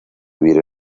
vivir